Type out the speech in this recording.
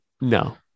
No